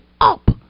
up